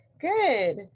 Good